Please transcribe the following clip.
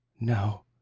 No